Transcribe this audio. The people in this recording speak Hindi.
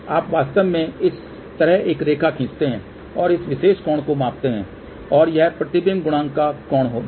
आप वास्तव में इस तरह एक रेखा खींचते हैं और इस विशेष कोण को मापते हैं और यह प्रतिबिंब गुणांक का कोण देगा